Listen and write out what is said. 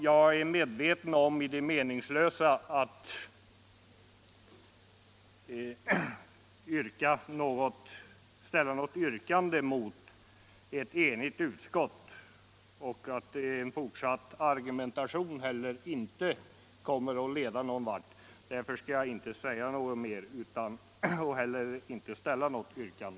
Jag är medveten om det meningslösa i att mot ett enigt utskott ställa något säryrkande, och jag förstår också att en fortsatt argumentation inte heller leder till någonting. Därför avstår jag från att nu ställa något yrkande.